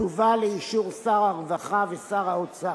תובא לאישור שר הרווחה ושר האוצר.